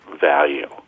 value